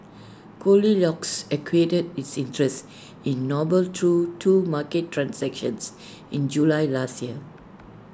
goldilocks acquired its interest in noble through two market transactions in July last year